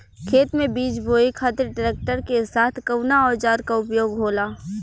खेत में बीज बोए खातिर ट्रैक्टर के साथ कउना औजार क उपयोग होला?